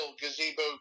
gazebo